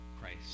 Christ